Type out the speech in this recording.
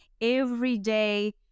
everyday